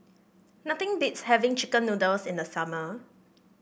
nothing beats having chicken noodles in the summer